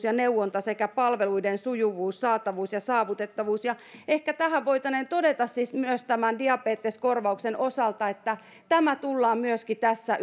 ja neuvonta sekä palveluiden sujuvuus saatavuus ja saavutettavuus ehkä tähän voitaneen todeta myös tämän diabeteskorvauksen osalta että tämä tullaan myöskin tässä